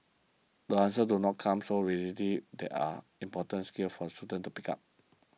the answers do not come so readily these are important skills for the students pick up